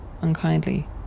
unkindly